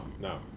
No